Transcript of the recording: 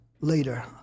later